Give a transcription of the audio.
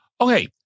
Okay